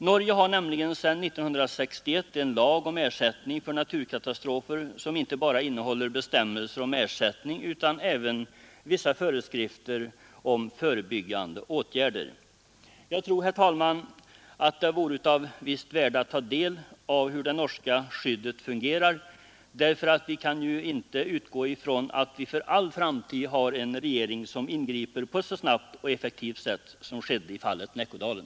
Norge har nämligen sedan 1961 en lag om ersättning för naturkatastrofer som inte bara innehåller bestämmelser om ersättning utan även vissa föreskrifter om förebyggande åtgärder. Jag tror, herr talman, att det vore av ett visst värde att ta del av hur det norska skyddet fungerar, därför att vi kan ju inte utgå ifrån att vi för all framtid har en regering som ingriper på ett så snabbt och effektivt sätt som skedde i fallet Näckådalen.